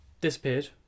disappeared